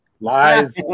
Lies